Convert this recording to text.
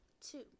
two